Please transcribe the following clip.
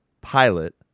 Pilot